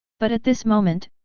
but at this moment,